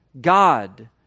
God